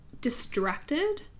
distracted